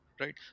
right